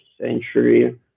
century